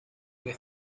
wir